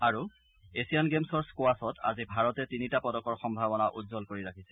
আৰু এছিয়ান গেমছৰ স্কোৱাছত আজি ভাৰতে তিনিটা পদকৰ সম্ভাৱনা উজ্বল কৰি ৰাখিছে